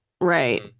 Right